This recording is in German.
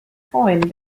freuen